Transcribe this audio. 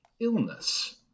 illness